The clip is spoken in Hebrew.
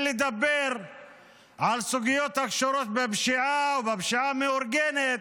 לדבר על סוגיות הקשורות בפשיעה ובפשיעה המאורגנת,